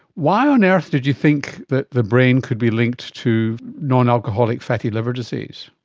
why on earth did you think that the brain could be linked to non-alcoholic fatty liver disease?